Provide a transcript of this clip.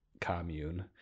commune